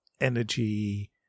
energy